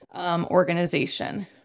organization